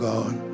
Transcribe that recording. God